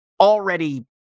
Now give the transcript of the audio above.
already